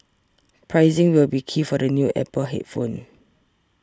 pricing will be key for the new Apple headphones